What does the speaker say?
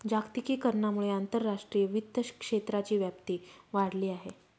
जागतिकीकरणामुळे आंतरराष्ट्रीय वित्त क्षेत्राची व्याप्ती वाढली आहे